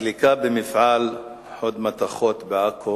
הדלקה במפעל "חוד מתכות" בעכו